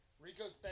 Rico's